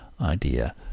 idea